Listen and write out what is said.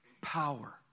power